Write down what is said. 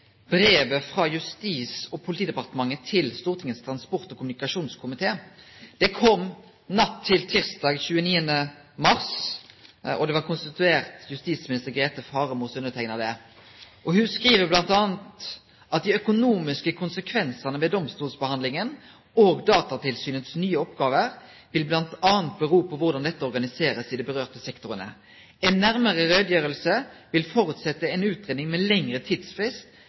brevet frå Justis- og politidepartementet til Stortinget sin transport- og kommunikasjonskomité. Det kom natt til tirsdag den 29. mars, og det var konstituert justisminister Grete Faremo som underteikna det. Ho skriv m.a.: «De økonomiske konsekvensene ved domstolsbehandling og Datatilsynets nye oppgaver , vil blant annet bero på hvordan dette organiseres i de berørte sektorene. En nærmere redegjørelse vil forutsette en utredning med lengre tidsfrist